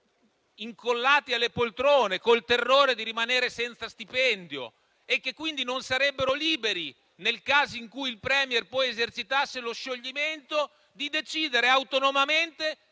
incollati alle poltrone, col terrore di rimanere senza stipendio, e che quindi non sarebbero liberi, nel caso in cui il *Premier* poi esercitasse il potere di scioglimento, di decidere autonomamente